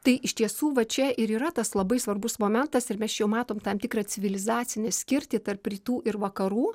tai iš tiesų bet čia ir yra tas labai svarbus momentas ir mes čia jau matom tam tikrą civilizacinį skirtį tarp rytų ir vakarų